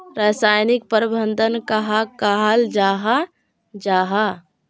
रासायनिक प्रबंधन कहाक कहाल जाहा जाहा?